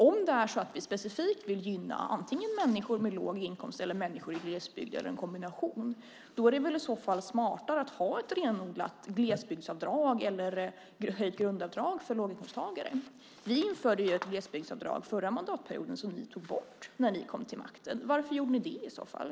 Om vi specifikt vill gynna antingen människor med låg inkomst eller människor i glesbygd eller en kombination är det väl smartare att ha ett renodlat glesbygdsavdrag eller ett höjt grundavdrag för låginkomsttagare. Vi införde ett glesbygdsavdrag förra mandatperioden som ni tog bort när ni kom till makten. Varför gjorde ni det i så fall?